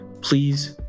please